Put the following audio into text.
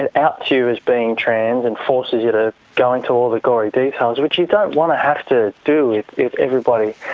and outs you as being trans and forces you to go into all the gory details, which you don't want to have to do if if everybody,